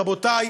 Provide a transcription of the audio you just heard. רבותי,